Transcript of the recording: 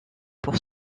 pour